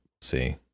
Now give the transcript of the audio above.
see